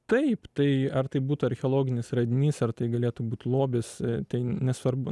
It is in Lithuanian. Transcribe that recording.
taip tai ar tai būtų archeologinis radinys ar tai galėtų būt lobis tai nesvarbu